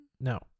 No